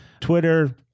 Twitter